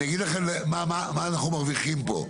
אגיד לכם מה אנחנו מרוויחים פה,